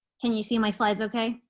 can you see my slides ok?